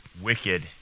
wicked